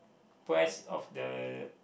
price of the